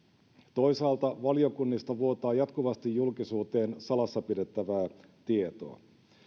toisaalta valiokunnista vuotaa jatkuvasti julkisuuteen salassa pidettävää tietoa